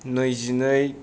नैजिनै